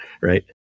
right